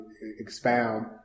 expound